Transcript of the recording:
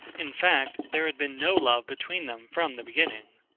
in fact, there had been no love between them from the beginning.